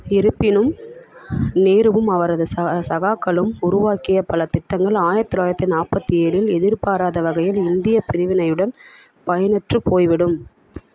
இருப்பினும் நேருவும் அவரது சகாக்களும் உருவாக்கிய பல திட்டங்கள் ஆயிரத்தி தொள்ளாயிரத்தி நாற்பத்தி ஏழில் எதிர்பாராத வகையில் இந்தியப் பிரிவினையுடன் பயனற்றுப் போய்விடும்